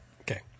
Okay